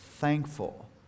thankful